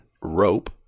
Rope